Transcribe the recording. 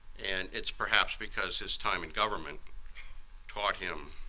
and it's perhaps because his time in government taught him